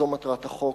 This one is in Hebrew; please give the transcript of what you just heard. זו מטרת החוק.